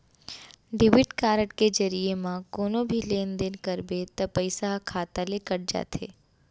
debit card के जरिये म कोनो भी लेन देन करबे त पइसा ह खाता ले कट जाथे